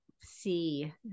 see